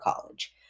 college